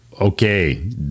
okay